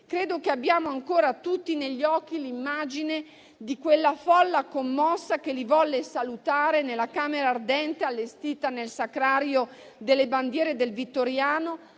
Credo che abbiamo ancora tutti negli occhi l'immagine di quella folla commossa che li volle salutare nella camera ardente, allestita nel sacrario delle bandiere del Vittoriano